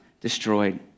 destroyed